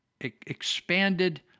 expanded